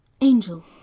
angel